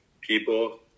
people